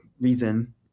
reason